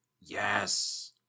Yes